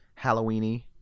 Halloweeny